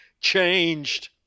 changed